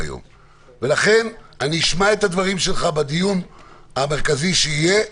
ולכן אני אשמע את הדברים שלך בדיון המרכזי שיהיה.